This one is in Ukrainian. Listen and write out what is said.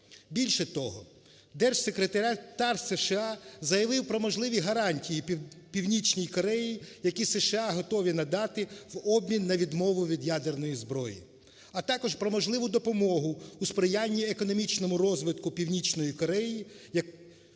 Більше того, держсекретар США заявив про можливі гарантії Північній Кореї, які США готові надати в обмін на відмову від ядерної зброї. А також про можливу допомогу у сприянні економічному розвитку Північної Кореї,